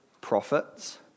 prophets